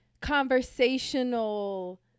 conversational